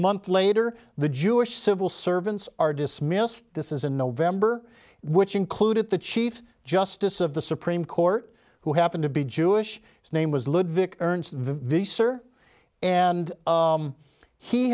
month later the jewish civil servants are dismissed this is in november which included the chief justice of the supreme court who happened to be jewish his name was